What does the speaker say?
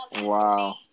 Wow